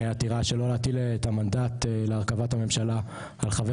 עתירה שלא להטיל את המנדט להרכבת הממשלה על חבר